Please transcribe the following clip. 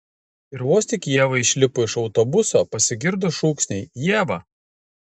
ir vos tik ieva išlipo iš autobuso pasigirdo šūksniai ieva